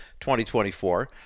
2024